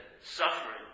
Suffering